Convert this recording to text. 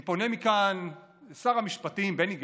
אני פונה מכאן לשר המשפטים בני גנץ: